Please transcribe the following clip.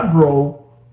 grow